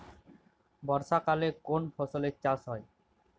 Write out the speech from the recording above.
বর্ষাকালে কোন ফসলের চাষ হয়?